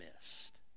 missed